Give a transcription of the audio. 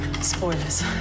Spoilers